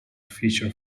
feature